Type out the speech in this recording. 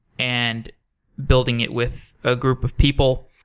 and building it with a group of people,